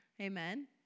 Amen